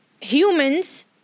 humans